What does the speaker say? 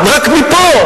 רק מפה,